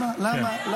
פשיסטים.